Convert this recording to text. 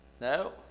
No